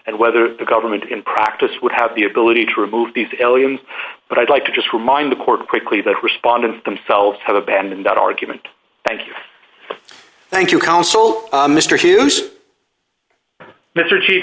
and whether the government in practice would have the ability to remove these aliens but i'd like to just remind the court quickly that respondents themselves have abandoned that argument thank you thank you counsel mr hughes mr chief